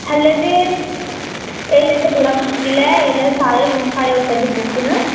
hello ते इसलै ते बड़ा मुश्किल ऐ इसलै सारे रूम साढ़े होटल दे बुक न